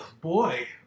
boy